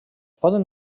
poden